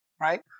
right